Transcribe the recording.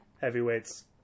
Heavyweights